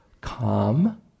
calm